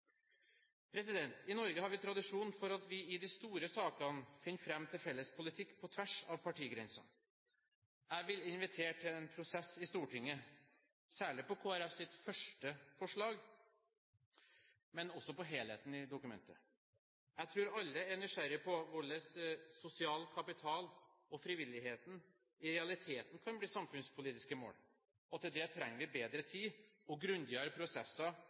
I Norge har vi tradisjon for at vi i de store sakene finner fram til felles politikk på tvers av partigrensene. Jeg vil invitere til en prosess i Stortinget, særlig når det gjelder Kristelig Folkepartis første forslag, men også når det gjelder helheten i dokumentet. Jeg tror alle er nysgjerrige på hvorledes sosial kapital og frivilligheten i realiteten kan bli samfunnspolitiske mål. Til det trenger vi bedre tid og grundigere prosesser